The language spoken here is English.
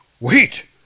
Wait